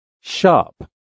shop